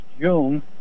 June